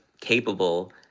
capable